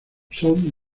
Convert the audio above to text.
son